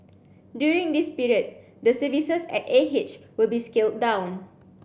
during this period the services at A H will be scaled down